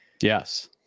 yes